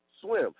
Swim